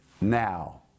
now